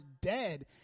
dead